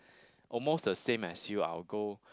almost the same as you I'll go